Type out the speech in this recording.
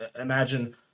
imagine